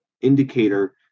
indicator